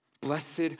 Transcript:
Blessed